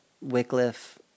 Wycliffe